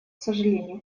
сожалению